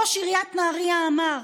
ראש עיריית נהריה אמר: